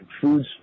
food's